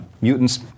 Mutants